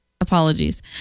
Apologies